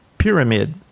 pyramid